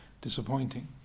disappointing